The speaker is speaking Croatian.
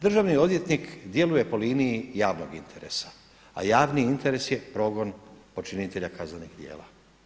Državni odvjetnik djeluje po liniji javnog interesa a javni interes je progon počinitelja kaznenih djela.